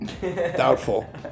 Doubtful